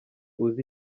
uzi